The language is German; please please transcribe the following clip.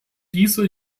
dieser